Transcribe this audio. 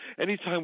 Anytime